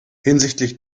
hinsichtlich